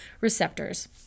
receptors